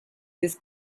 this